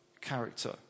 character